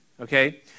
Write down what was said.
Okay